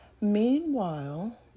Meanwhile